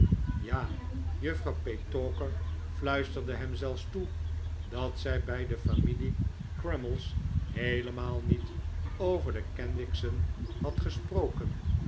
ja juffrouw petowker fluisterde hem zelfs toe dat zij bij de familie crummies heelemaal niet over de kenwigs'en had gesproken